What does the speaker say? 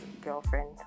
girlfriend